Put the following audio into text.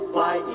Fly